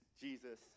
Jesus